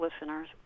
listeners